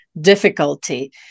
difficulty